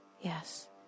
Yes